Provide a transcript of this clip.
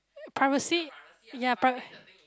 privacy ya pri~